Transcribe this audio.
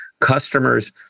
customers